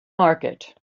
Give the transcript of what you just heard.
market